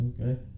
Okay